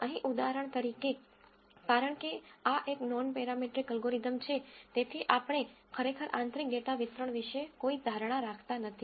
અહીં ઉદાહરણ તરીકે કારણ કે આ એક નોનપેરામેટ્રિક એલ્ગોરિધમ છે તેથી આપણે ખરેખર અંતરીક ડેટા વિતરણ વિશે કોઈ ધારણા રાખતા નથી